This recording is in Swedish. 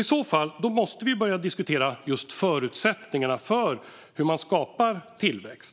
I så fall måste vi börja diskutera just förutsättningarna för hur man skapar tillväxt.